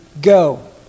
go